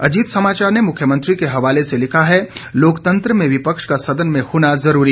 अजीत समाचार ने मुख्यमंत्री के हवाले से लिखा है लोकतंत्र में विपक्ष का सदन में होना जरूरी